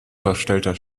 verstellter